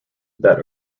that